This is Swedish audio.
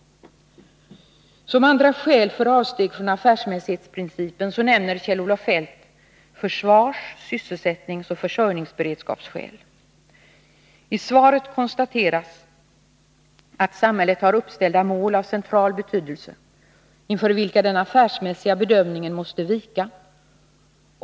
Som andra skäl för avsteg från affärsmässighetsprincipen nämner Kjell Olof Feldt försvars-, sysselsättningsoch försörjningsberedskapsskäl. I svaret konstateras att samhället har ställt upp mål av central betydelse, för vilka den affärsmässiga bedömningen måste vika.